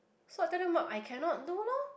so I tell them mark I cannot do loh